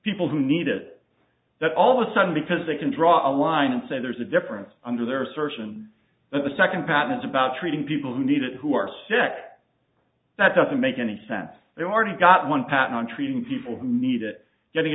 people who need it that all of a sudden because they can draw a line and say there's a difference under their assertion that the second patents about treating people who need it who are sick that doesn't make any sense they are to got one patent on treating people who need it getting